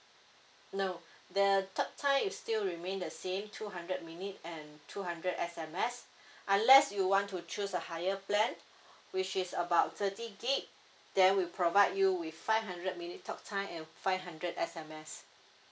no the talk time will still remain the same two hundred minute and two hundred S_M_S unless you want to choose a higher plan which is about thirty gb there will provide you with five hundred minute talk time and five hundred S_M_S